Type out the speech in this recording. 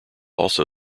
also